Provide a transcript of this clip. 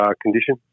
condition